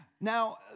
now